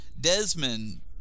Desmond